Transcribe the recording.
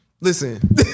Listen